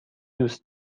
دوست